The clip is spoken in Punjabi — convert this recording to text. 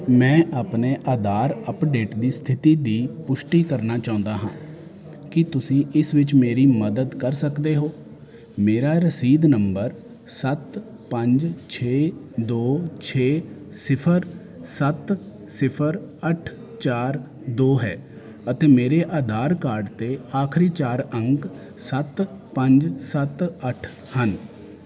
ਮੈਂ ਆਪਣੇ ਆਧਾਰ ਅੱਪਡੇਟ ਦੀ ਸਥਿਤੀ ਦੀ ਪੁਸ਼ਟੀ ਕਰਨਾ ਚਾਹੁੰਦਾ ਹਾਂ ਕੀ ਤੁਸੀਂ ਇਸ ਵਿੱਚ ਮੇਰੀ ਮਦਦ ਕਰ ਸਕਦੇ ਹੋ ਮੇਰਾ ਰਸੀਦ ਨੰਬਰ ਸੱਤ ਪੰਜ ਛੇ ਦੋ ਛੇ ਸਿਫਰ ਸੱਤ ਸਿਫਰ ਅੱਠ ਚਾਰ ਦੋ ਹੈ ਅਤੇ ਮੇਰੇ ਆਧਾਰ ਕਾਰਡ ਦੇ ਆਖਰੀ ਚਾਰ ਅੰਕ ਸੱਤ ਪੰਜ ਸੱਤ ਅੱਠ ਹਨ